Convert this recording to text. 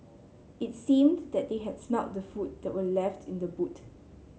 it seemed that they had smelt the food that were left in the boot